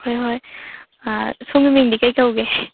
ꯍꯣꯏ ꯍꯣꯏ ꯁꯣꯝꯒꯤ ꯃꯤꯡꯗꯤ ꯀꯩ ꯀꯧꯒꯦ